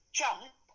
jump